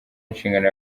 inshingano